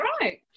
right